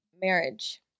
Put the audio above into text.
marriage